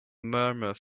murmur